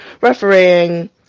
refereeing